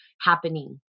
happening